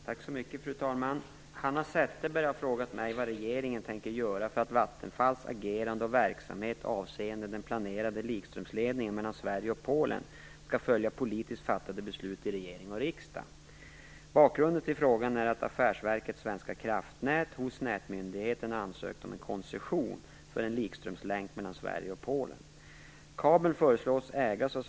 Fru talman! Hanna Zetterberg har frågat mig vad regeringen tänker göra för att Vattenfalls agerande och verksamhet avseende den planerade likströmsledningen mellan Sverige och Polen skall följa politiskt fattade beslut i regering och riksdag. Bakgrunden till frågan är att Affärsverket Svenska kraftnät hos Nätmyndigheten ansökt om en koncession för en likströmslänk mellan Sverige och Polen.